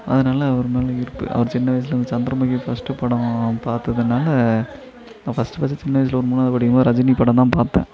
அதனால் அவர் மேலே ஈர்ப்பு அவர் சின்ன வயசுலருந்து சந்தரமுகி ஃபஸ்ட்டு படம் பார்த்ததுனால நான் ஃபஸ்ட்டு ஃபஸ்ட்டு சின்ன வயசில் ஒரு மூணாவது படிக்கும் போது ரஜினி படம் தான் பார்த்தேன்